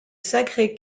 sacré